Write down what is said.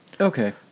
Okay